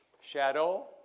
shadow